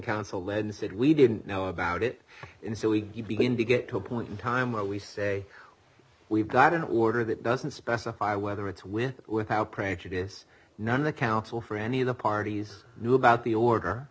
counsel len said we didn't know about it and so we get begin to get to a point in time where we say we've got an order that doesn't specify whether it's with or without prejudice none the counsel for any of the parties knew about the order